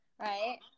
right